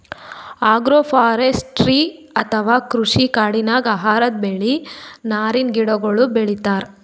agroforestry ಅಥವಾ ಕೃಷಿ ಕಾಡಿನಾಗ್ ಆಹಾರದ್ ಬೆಳಿ, ನಾರಿನ್ ಗಿಡಗೋಳು ಬೆಳಿತಾರ್